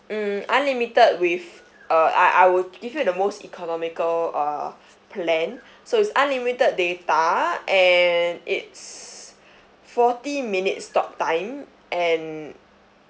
um unlimited with uh I I will give you the most economical uh plan so it's unlimited data and it's forty minutes talk time and